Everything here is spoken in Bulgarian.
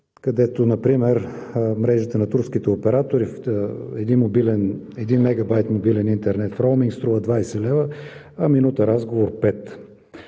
където например мрежите на турските оператори – един мегабайт мобилен интернет в роуминг струва 20 лв., а минута разговор –